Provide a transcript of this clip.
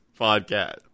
Podcast